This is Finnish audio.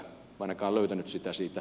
en ainakaan löytänyt sitä siitä